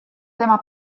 tema